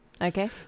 Okay